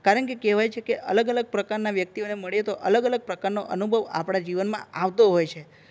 કારણકે કહેવાય છે કે અલગ અલગ પ્રકારના વ્યક્તિઓને મળીએ તો અલગ અલગ પ્રકારનો અનુભવ આપણા જીવનમાં આવતો હોય છે